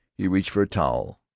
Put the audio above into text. he reached for a towel.